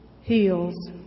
heals